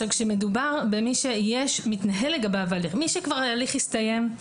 מי שכבר ההליך הסתיים,